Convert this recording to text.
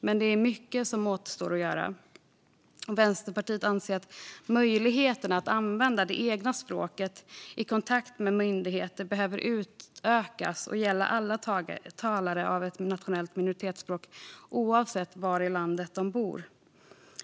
Men mycket återstår att göra. Vänsterpartiet anser att möjligheterna att använda det egna språket i kontakt med myndigheter behöver utökas och gälla alla talare av ett nationellt minoritetsspråk oavsett var i landet de bor.